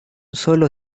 solo